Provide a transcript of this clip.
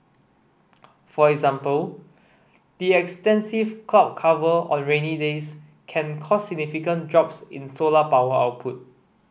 for example extensive cloud cover on rainy days can cause significant drops in solar power output